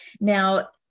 Now